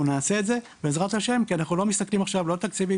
נעשה את זה בעזרת השם כי אנחנו לא מסתכלים עכשיו לא על תקציבים